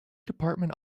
department